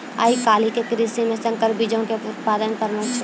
आइ काल्हि के कृषि मे संकर बीजो के उत्पादन प्रमुख छै